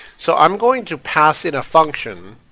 so i'm going to pass in a function,